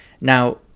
Now